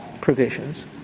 provisions